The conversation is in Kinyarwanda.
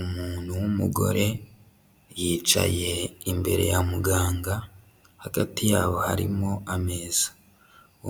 Umuntu w'umugore yicaye imbere ya muganga, hagati yabo harimo ameza,